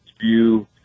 view